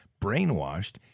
brainwashed